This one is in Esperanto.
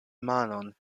manon